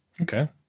Okay